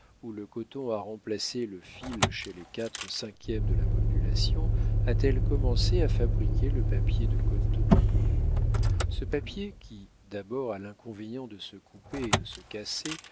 où le coton a remplacé le fil chez les quatre cinquièmes de la population a-t-elle commencé à fabriquer le papier de coton ce papier qui d'abord a l'inconvénient de se couper et de se casser